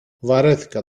βαρέθηκα